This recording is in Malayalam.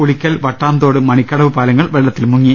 ഉളിക്കൽ വട്ടാംതോട് മണിക്കടവ് പാലങ്ങൾ വെള്ളത്തിൽ മുങ്ങി